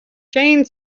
jane